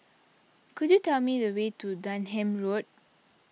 could you tell me the way to Denham Road